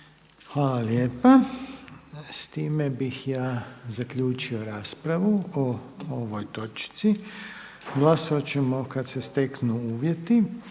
Hvala lijepa. S time bih ja zaključio raspravu o ovoj točci. Glasovat ćemo kad se steknu uvjeti.